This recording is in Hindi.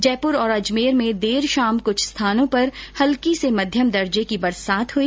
जयपुर और अजमेर में देर शाम कुछ स्थानों पर हल्की से मध्यम दर्जे की बारिश हई